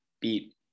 beat